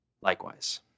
likewise